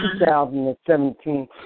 2017